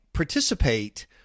Participate